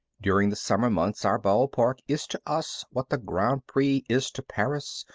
during the summer months our ball park is to us what the grand prix is to paris,